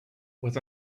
was